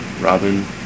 Robin